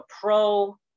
pro